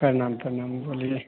प्रणाम प्रणाम बोलिए